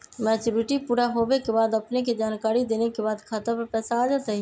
Maturity पुरा होवे के बाद अपने के जानकारी देने के बाद खाता पर पैसा आ जतई?